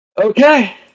Okay